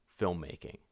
filmmaking